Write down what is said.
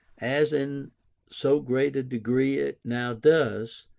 as in so great a degree it now does,